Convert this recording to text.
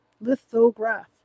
Lithograph